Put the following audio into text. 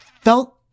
felt